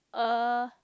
uh